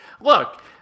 Look